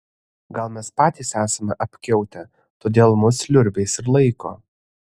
gal mes patys esame apkiautę todėl mus liurbiais ir laiko